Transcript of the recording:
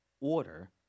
order